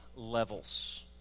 levels